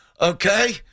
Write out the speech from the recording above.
okay